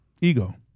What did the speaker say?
Ego